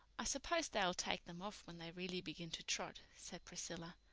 i suppose they'll take them off when they really begin to trot, said priscilla,